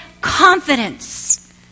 confidence